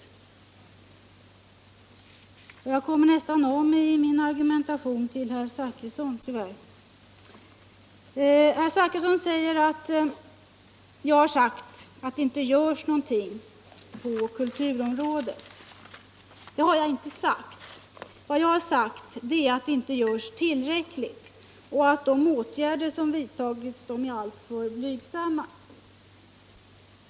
Herr Romanus inlägg gör att jag nästan kommer av mig i min argumentation till herr Zachrisson. Herr Zachrisson påstår att jag sagt att det inte görs någonting på kulturområdet. Det har jag inte sagt. Vad jag har sagt är att det inte görs tillräckligt och att de åtgärder som vidtagits är alltför blygsamma.